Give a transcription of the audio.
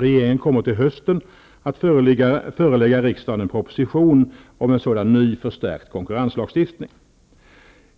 Regeringen kommer till hösten att förelägga riksdagen en proposition om en sådan ny förstärkt konkurrenslagstiftning.